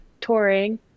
touring